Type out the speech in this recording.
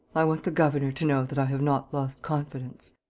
i want the governor to know that i have not lost confidence.